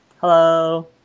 Hello